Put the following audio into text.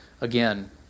again